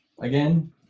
again